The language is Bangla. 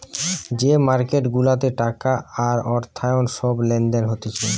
যে মার্কেট গুলাতে টাকা আর অর্থায়ন সব লেনদেন হতিছে